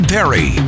Perry